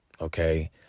Okay